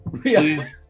Please